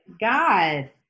God